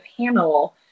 panel